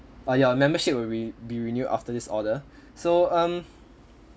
ah ya membership will be be renewed after this order so um